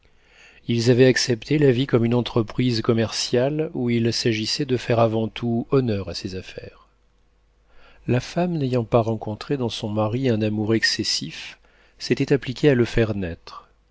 ils avaient accepté la vie comme une entreprise commerciale où il s'agissait de faire avant tout honneur à ses affaires la femme n'ayant pas rencontré dans son mari un amour excessif s'était appliquée à le faire